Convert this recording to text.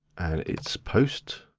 and it's post.